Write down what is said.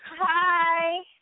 Hi